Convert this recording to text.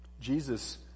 Jesus